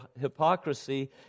hypocrisy